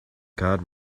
god